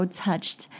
touched